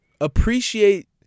appreciate